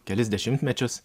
kelis dešimtmečius